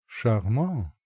Charmant